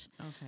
Okay